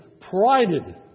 prided